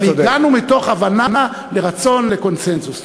אבל הגענו מתוך הבנה ורצון לקונסנזוס.